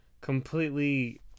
completely